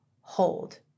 Hold